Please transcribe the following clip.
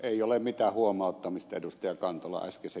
ei ole mitään huomauttamista edustaja kantola iskisi